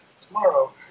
tomorrow